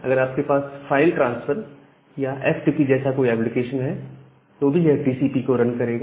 अगर आपके पास फाइल ट्रांसफर या एफटीपी जैसा कोई एप्लीकेशन है तो यह भी टीसीपी को रन करेगा